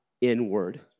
inward